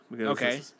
Okay